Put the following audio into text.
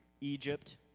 Egypt